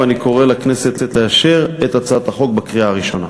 ואני קורא לכנסת לאשר את הצעת החוק בקריאה הראשונה.